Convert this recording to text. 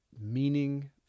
meaning